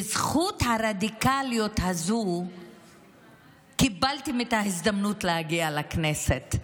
בזכות הרדיקליות הזו קיבלתן את ההזדמנות להגיע לכנסת.